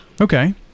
Okay